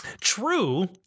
true